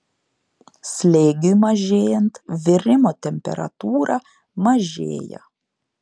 slėgiui mažėjant virimo temperatūra mažėja